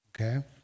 Okay